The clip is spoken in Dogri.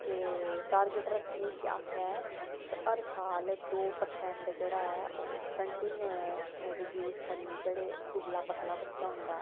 च टारगेट रक्खे कि असें हर साल दौ परसैंट जेह्ड़ा ऐ ओह् स्टंटिंग रिव्यूज़ करने जेह्ड़ा दुबला पतला बच्चा होंदा